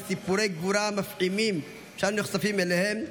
בסיפורי גבורה מפעימים שאנו נחשפים אליהם,